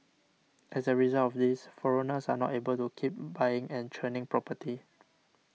as a result of this foreigners are not able to keep buying and churning property